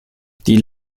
die